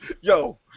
Yo